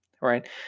right